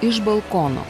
iš balkono